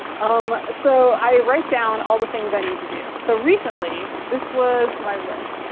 um so, i write down all the things i need to do. so recently this was my list.